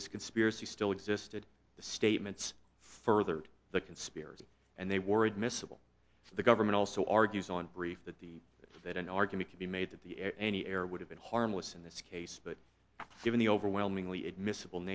this conspiracy still existed the statements furthered the conspiracy and they were admissible the government also argues on brief that the that an argument could be made that the air any error would have been harmless in this case but given the overwhelmingly admissible